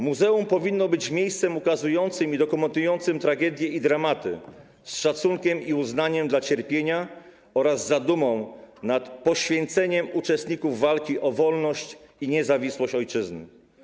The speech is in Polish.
Muzeum powinno być miejscem ukazującym i dokumentującym tragedie i dramaty z szacunkiem i uznaniem dla cierpienia oraz zadumą nad poświęceniem uczestników walki o wolność i niezawisłość ojczyzny.